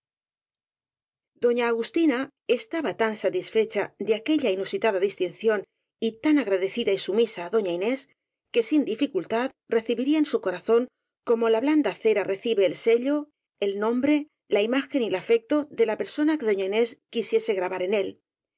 doña agustina estaba tan satisfecha de aquella inusitada distinción y tan agradecida y sumisa á doña inés que sin dificultad recibiría en su cora zón como la blanda cera recibe el sello el nombre la imágen y el afecto de la persona que doña inés quisiese grabar en él